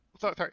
Sorry